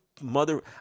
Mother